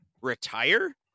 retire